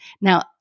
Now